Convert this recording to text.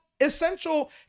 essential